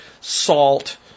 salt